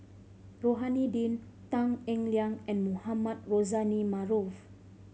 Rohani Din Tan Eng Liang and Mohamed Rozani Maarof